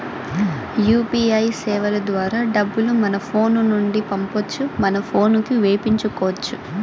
UPI సేవల ద్వారా డబ్బులు మన ఫోను నుండి పంపొచ్చు మన పోనుకి వేపించుకొచ్చు